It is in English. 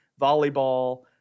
Volleyball